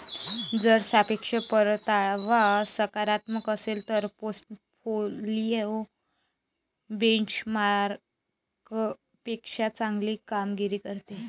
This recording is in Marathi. जर सापेक्ष परतावा सकारात्मक असेल तर पोर्टफोलिओ बेंचमार्कपेक्षा चांगली कामगिरी करतो